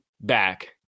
back